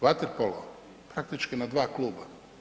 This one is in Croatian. Vaterpolo, praktički na dva kluba.